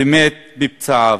ומת מפצעיו.